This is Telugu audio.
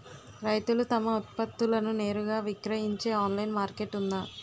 రైతులు తమ ఉత్పత్తులను నేరుగా విక్రయించే ఆన్లైన్ మార్కెట్ ఉందా?